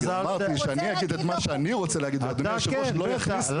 אמרתי שאני אגיד מה שאני רוצה ושהיושב ראש לא יכניס לי מילים לפה.